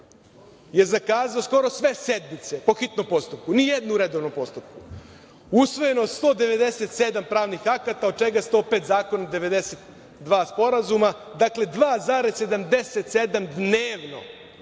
je zakazao skoro sve sednice po hitnom postupku, ni jednu u redovnom postupku. Usvojeno je 197 pravnih akata, od čega 105 zakoni, 92 sporazuma, dakle, 2,77 dnevno.